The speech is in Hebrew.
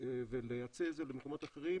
ולייצא את זה למקומות אחרים,